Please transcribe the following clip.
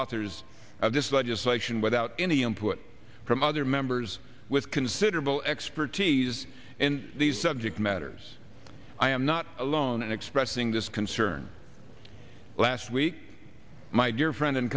authors of this legislation without any input from other members with considerable expertise in these subject matters i am not alone in expressing this concern last week my dear friend